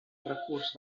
recurs